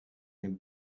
can